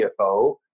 CFO